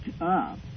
up